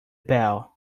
bell